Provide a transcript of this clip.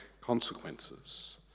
consequences